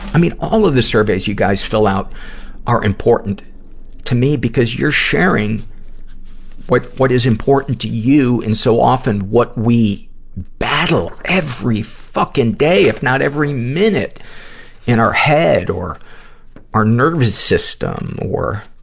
i mean, all of the surveys you guys fill out are important to me, because you're sharing what, what is important to you and so often what we battle every fucking day, if not every minute in our head or our nervous system or,